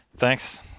Thanks